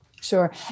Sure